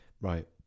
right